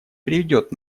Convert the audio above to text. приведет